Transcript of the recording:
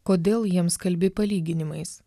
kodėl jiems kalbi palyginimais